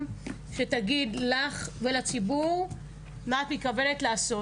שיגידו לך ולציבור מה מתכוונים לעשות.